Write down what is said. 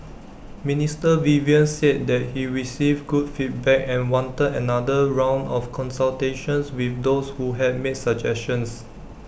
Minister Vivian said that he received good feedback and wanted another round of consultations with those who had made suggestions